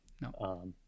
No